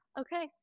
okay